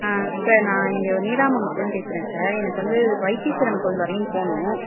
an sir நான் இங்கே நீடாமங்கலத்துலேருந்து பேசுகிறேன் சார் எனக்கு வந்து வைத்தீஸ்வரன் கோயில் வரையும் போகணும்